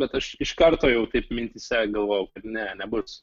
bet aš iš karto jau taip mintyse galvojau kad ne nebus